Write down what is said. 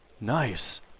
Nice